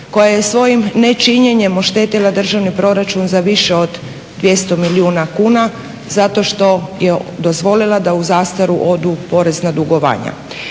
koja je svojim nečinjenjem oštetila državni proračun za više od 200 milijuna kuna zato što je dozvolila da u zastaru odu porezna dugovanja?